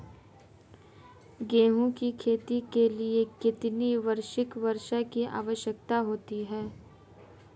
गेहूँ की खेती के लिए कितनी वार्षिक वर्षा की आवश्यकता होती है?